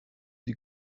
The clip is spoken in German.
die